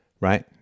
Right